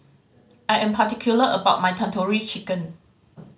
I am particular about my Tandoori Chicken